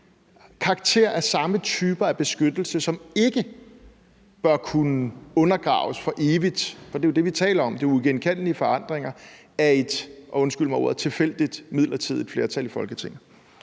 karakter af samme type beskyttelse, som ikke bør kunne undergraves for evigt? For det er jo det, vi taler om. Det er uigenkaldelige forandringer under et – undskyld ordet – tilfældigt, midlertidigt flertal i Folketinget.